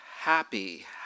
Happy